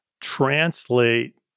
translate